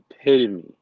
epitome